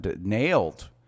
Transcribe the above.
nailed